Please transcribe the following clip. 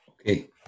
Okay